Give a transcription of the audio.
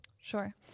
Sure